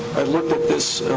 i looked at this.